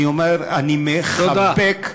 אני אומר, אני מחבק,